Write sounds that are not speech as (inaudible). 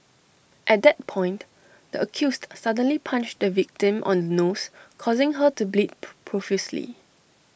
at that point the accused suddenly punched the victim on the nose causing her to bleed (noise) profusely